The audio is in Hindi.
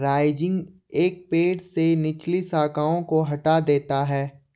राइजिंग एक पेड़ से निचली शाखाओं को हटा देता है